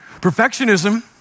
Perfectionism